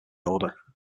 order